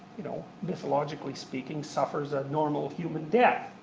you know mythologically speaking, suffers a normal, human death.